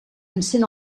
encén